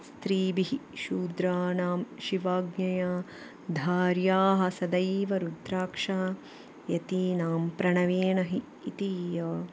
स्त्रीभिः शूद्राणां शिवाज्ञया धार्याः सदैव रुद्राक्षा यतीनां प्रणवेन हि इति